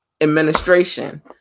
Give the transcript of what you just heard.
administration